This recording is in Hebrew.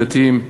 דתיים,